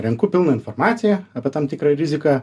renku pilną informaciją apie tam tikrą riziką